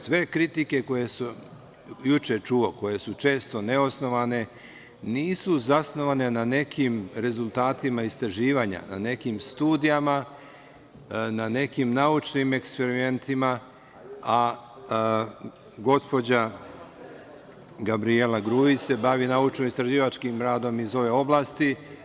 Sve kritike koje su često neosnovane, nisu zasnovane na nekim rezultatima istraživanja, na nekim studijama, na nekim naučnim eksperimentima, a gospođa Gabrijela Grujić se bavi naučno-istraživačkim radom iz ove oblasti.